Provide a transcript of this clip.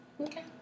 Okay